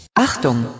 Achtung